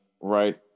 right